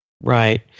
Right